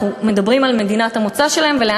אנחנו מדברים על מדינת המוצא שלהם ולאן